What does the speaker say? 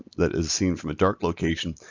that is seen from a dark location.